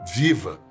viva